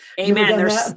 Amen